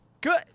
Good